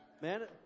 Man